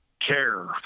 care